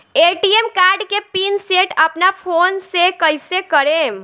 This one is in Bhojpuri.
ए.टी.एम कार्ड के पिन सेट अपना फोन से कइसे करेम?